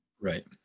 Right